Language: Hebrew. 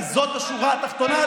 וזאת השורה התחתונה,